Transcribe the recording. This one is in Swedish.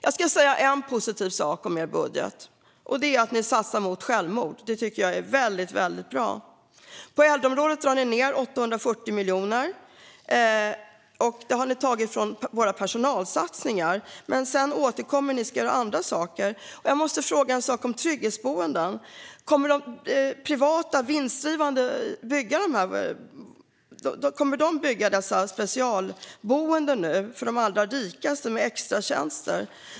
Jag ska säga en positiv sak om er budget: Ni satsar mot självmord. Det tycker jag är väldigt bra. På äldreområdet drar ni ned med 840 miljoner. Det har ni tagit från våra personalsatsningar. Men sedan återkommer ni och ska göra andra saker. Där måste jag fråga en sak om trygghetsboenden. Kommer de privata vinstdrivande företagen nu att bygga dessa specialboenden med extratjänster för de allra rikaste?